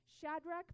Shadrach